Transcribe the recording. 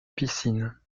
piscine